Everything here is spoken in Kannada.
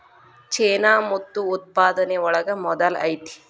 ಚೇನಾ ಮುತ್ತು ಉತ್ಪಾದನೆ ಒಳಗ ಮೊದಲ ಐತಿ